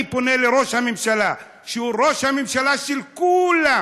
אני פונה לראש הממשלה, שהוא ראש הממשלה של כולם,